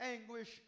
anguish